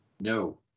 No